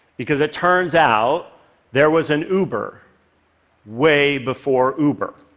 because it turns out there was an uber way before uber.